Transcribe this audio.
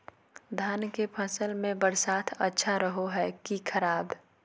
धान के फसल में बरसात अच्छा रहो है कि खराब?